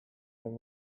than